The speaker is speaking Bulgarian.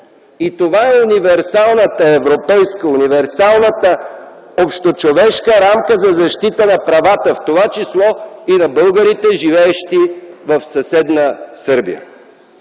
И това е универсалната европейска, универсалната общочовешка рамка за защита на правата, в това число и на българите, живеещи в съседна Сърбия.